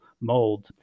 mold